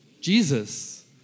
Jesus